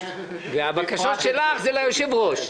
והבקשות שלך הן ליושב-ראש.